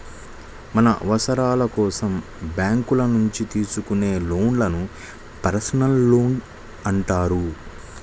మన అవసరాల కోసం బ్యేంకుల నుంచి తీసుకునే లోన్లను పర్సనల్ లోన్లు అంటారు